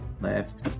Left